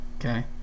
Okay